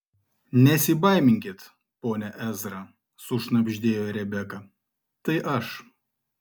nesibaiminkit pone ezra sušnabždėjo rebeka tai aš